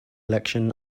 election